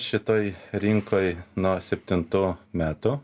šitoj rinkoj nuo septintų metų